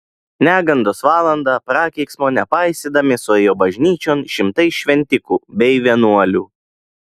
negandos valandą prakeiksmo nepaisydami suėjo bažnyčion šimtai šventikų bei vienuolių